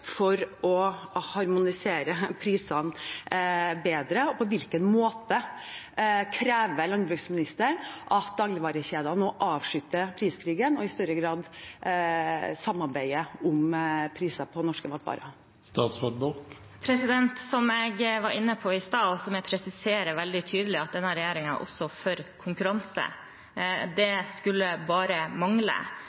for å harmonisere prisene bedre, og på hvilken måte krever landbruksministeren at dagligvarekjedene nå avslutter priskrigen og i større grad samarbeider om priser på norske matvarer? Som jeg var inne på i stad, og som jeg presiserer veldig tydelig, er denne regjeringen også for konkurranse. Det